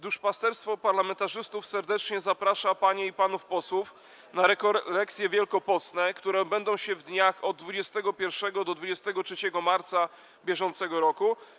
Duszpasterstwo parlamentarzystów serdecznie zaprasza panie i panów posłów na rekolekcje wielkopostne, które odbędą się w dniach od 21 do 23 marca br.